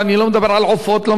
שזאת תרומה נכבדה,